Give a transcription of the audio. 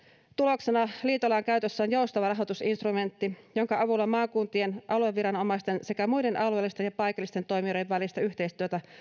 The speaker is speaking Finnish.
tuloksena liitoilla on käytössään joustava rahoitusinstrumentti jonka avulla maakuntien alueviranomaisten sekä muiden alueellisten ja paikallisten toimijoiden välistä yhteistyötä